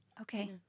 Okay